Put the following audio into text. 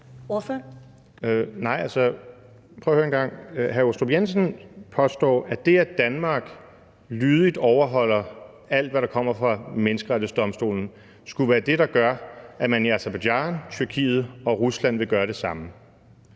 Aastrup Jensen påstår, at det, at Danmark lydigt overholder alt, hvad der kommer fra Menneskerettighedsdomstolen, skulle være det, der gør, at man i Aserbajdsjan, Tyrkiet og Rusland vil gøre det samme.